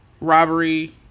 robbery